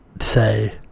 say